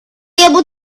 able